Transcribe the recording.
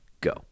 Go